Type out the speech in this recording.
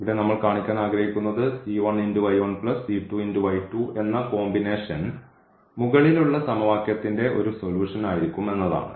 ഇവിടെ നമ്മൾ കാണിക്കാൻ ആഗ്രഹിക്കുന്നത് എന്ന കോമ്പിനേഷൻ മുകളിലുള്ള സമവാക്യത്തിന്റെ ഒരു സൊലൂഷൻ ആയിരിക്കും എന്നതാണ്